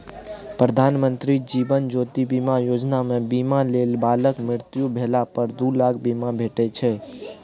प्रधानमंत्री जीबन ज्योति बीमा योजना मे बीमा लय बलाक मृत्यु भेला पर दु लाखक बीमा भेटै छै